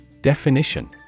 Definition